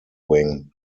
wing